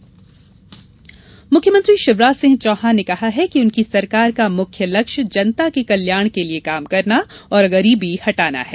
जन आशीर्वाद यात्रा मुख्यमंत्री शिवराज सिंह चौहान ने कहा कि उनकी सरकार का मुख्य लक्ष्य जनता के कल्याण के लिये काम करना और गरीबी हटाना है